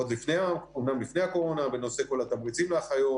עוד לפני הקורונה, בנושא כל התמריצים לאחיות